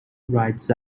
rides